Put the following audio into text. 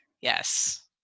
Yes